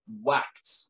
whacked